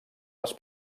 les